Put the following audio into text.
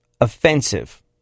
offensive